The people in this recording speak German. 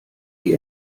die